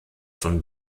von